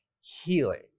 Healing